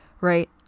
right